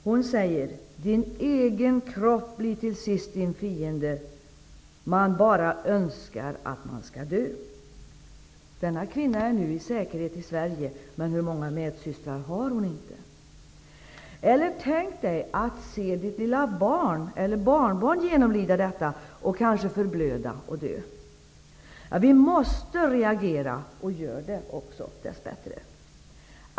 Hon säger: Din egen kropp blir till sist din fiende. Man bara önskar att man skall dö. Denna kvinna är nu i säkerhet i Sverige, men hur många medsystrar har hon? Tänk dig att se ditt lilla barn eller barnbarn genomlida detta och kanske förblöda och dö. Vi måste reagera, och vi gör det dessbättre också.